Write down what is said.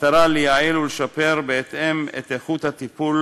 במטרה לייעל ולשפר בהתאם את איכות הטיפול